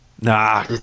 Nah